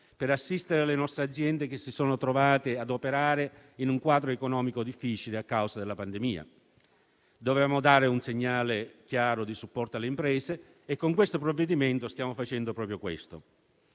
per assistere le nostre aziende, che si sono trovate ad operare in un quadro economico difficile a causa della pandemia. Dovevamo dare un segnale chiaro di supporto alle imprese e con il provvedimento in esame stiamo facendo proprio questo.